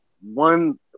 one